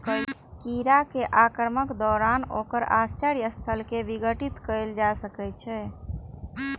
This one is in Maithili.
कीड़ा के आक्रमणक दौरान ओकर आश्रय स्थल कें विघटित कैल जा सकैए